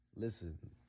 Listen